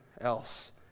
else